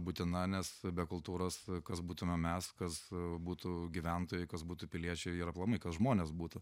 būtina nes be kultūros kas būtumėm mes kas būtų gyventojai kas būtų piliečiai ir aplamai kad žmonės būtų